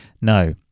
no